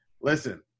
Listen